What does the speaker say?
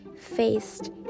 faced